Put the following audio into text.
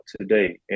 today